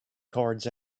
cords